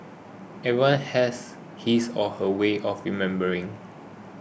everyone has his or her way of remembering